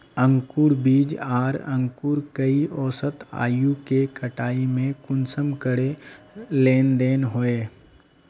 अंकूर बीज आर अंकूर कई औसत आयु के कटाई में कुंसम करे लेन देन होए?